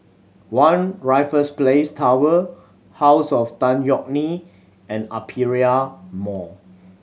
One Raffles Place Tower House of Tan Yeok Nee and Aperia Mall